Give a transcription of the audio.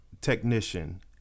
technician